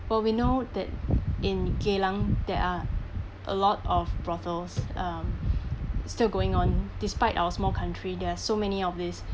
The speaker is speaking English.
but we know that in geylang there are a lot of brothels um is still going on despite our small country there're so many of these